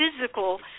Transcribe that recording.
physical